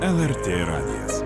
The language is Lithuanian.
lrt radijas